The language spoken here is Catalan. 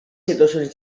situacions